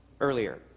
earlier